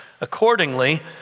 Accordingly